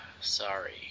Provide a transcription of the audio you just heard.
Sorry